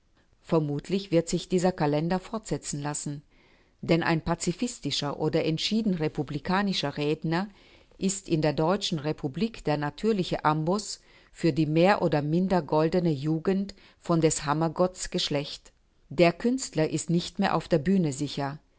vermutlich wird sich dieser kalender fortsetzen lassen denn ein pazifistischer oder entschieden republikanischer redner ist in der deutschen republik der natürliche amboß für die mehr oder minder goldene jugend von des hammergotts geschlecht der künstler ist nicht mehr auf der bühne sicher